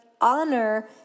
honor